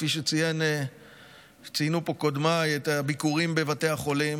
כפי שציינו קודמיי את הביקורים בבתי החולים,